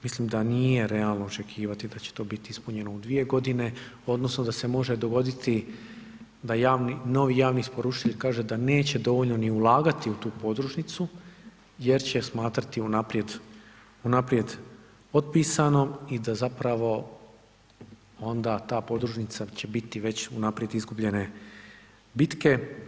Mislim da nije realno očekivati da će to biti ispunjeno u 2 godine odnosno da se može dogoditi da novi javni isporučitelj kaže da neće dovoljno ni ulagati u tu podružnicu, jer će smatrati unaprijed, unaprijed otpisanom i da zapravo onda ta podružnica će biti već unaprijed izgubljene bitke.